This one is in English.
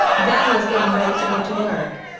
dad was getting ready to go to work.